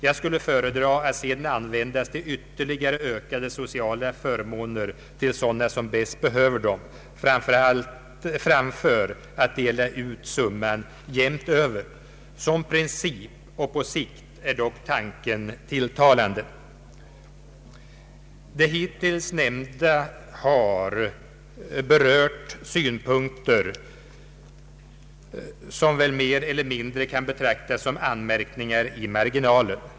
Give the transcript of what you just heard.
Jag skulle föredra att se den användas till ytterligare ökade sociala förmåner till sådana som bäst behöver dem, framför att se summan delas ut jämnt över. Som princip och på sikt är dock tanken tilltalande. Det hittills nämnda har berört synpunkter som väl mer eller mindre kan betraktas som anmärkningar i margina len.